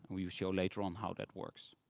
and we will show later on how that works.